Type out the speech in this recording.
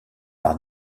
par